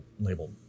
label